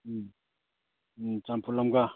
ꯎꯝ ꯎꯝ ꯆꯝꯐꯨꯠ ꯑꯃꯒ